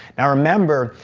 now remember,